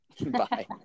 Bye